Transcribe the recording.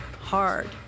hard